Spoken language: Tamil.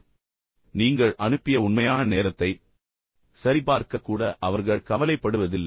எனவே நீங்கள் அதை அனுப்பிய உண்மையான நேரத்தை சரிபார்க்க கூட அவர்கள் கவலைப்படுவதில்லை